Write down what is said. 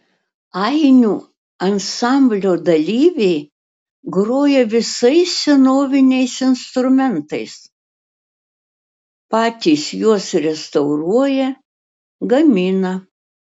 ainių ansamblio dalyviai groja visais senoviniais instrumentais patys juos restauruoja gamina